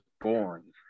born